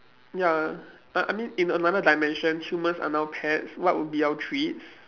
ya I I mean in another dimension humans are now pets what would be our treats